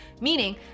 meaning